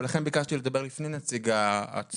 ולכן ביקשתי לדבר לפני נציג הצוות.